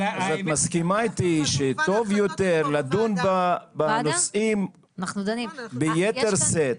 אבל את מסכימה איתי שטוב יותר לדון בנושאים ביתר שאת.